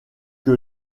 que